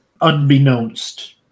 Unbeknownst